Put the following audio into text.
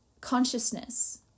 consciousness